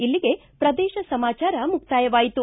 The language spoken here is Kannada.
ಇಲ್ಲಿಗೆ ಪ್ರದೇಶ ಸಮಾಚಾರ ಮುಕ್ತಾಯವಾಯಿತು